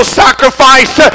sacrifice